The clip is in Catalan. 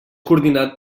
coordinat